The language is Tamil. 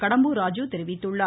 கடம்பூர் ராஜு தெரிவித்துள்ளார்